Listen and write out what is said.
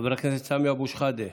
חבר הכנסת סמי אבו שחאדה,